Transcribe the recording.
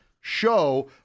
Show